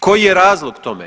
Koji je razlog tome?